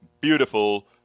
beautiful